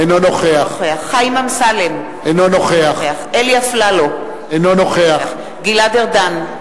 אינו נוכח חיים אמסלם אינו נוכח אלי אפללו אינו נוכח גלעד ארדן,